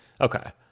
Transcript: Okay